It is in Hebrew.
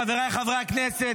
חבריי חברי הכנסת,